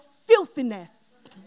filthiness